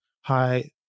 hi